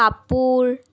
কাপোৰ